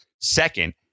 Second